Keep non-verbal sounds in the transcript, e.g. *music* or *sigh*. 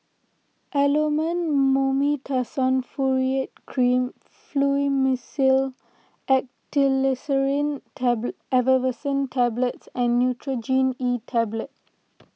Elomet Mometasone Furoate Cream Fluimucil *unintelligible* Effervescent Tablets and Nurogen E Tablet